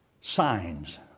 signs